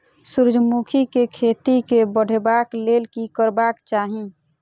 सूर्यमुखी केँ खेती केँ बढ़ेबाक लेल की करबाक चाहि?